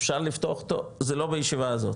אפשר לפתוח אותו, זה לא בישיבה הזאת.